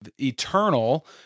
eternal